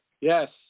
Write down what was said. Yes